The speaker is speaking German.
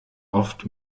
oft